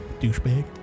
douchebag